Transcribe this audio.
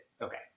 Okay